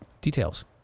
details